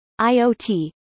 IoT